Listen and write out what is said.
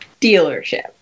dealership